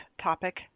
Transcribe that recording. topic